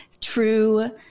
true